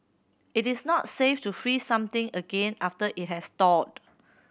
it is not safe to freeze something again after it has thawed